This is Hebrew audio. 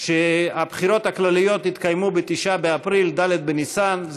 הבחירות הכלליות יתקיימו ב-9 באפריל, ד' בניסן.